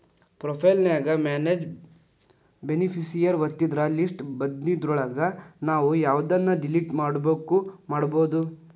profile ನ್ಯಾಗ manage beneficiary ಒತ್ತಿದ್ರ list ಬನ್ದಿದ್ರೊಳಗ ನಾವು ಯವ್ದನ್ನ ಡಿಲಿಟ್ ಮಾಡ್ಬೆಕೋ ಮಾಡ್ಬೊದು